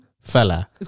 fella